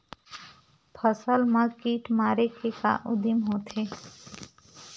फसल मा कीट मारे के का उदिम होथे?